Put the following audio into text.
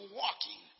walking